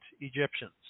Egyptians